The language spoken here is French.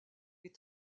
est